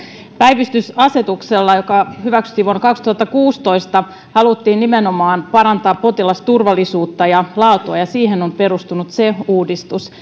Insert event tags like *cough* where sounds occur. päivystysasetuksella joka hyväksyttiin vuonna kaksituhattakuusitoista haluttiin nimenomaan parantaa potilasturvallisuutta ja laatua ja siihen on perustunut se uudistus *unintelligible*